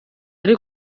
ari